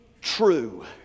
true